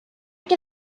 get